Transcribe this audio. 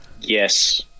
Yes